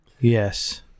Yes